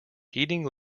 heating